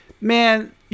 Man